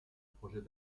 projet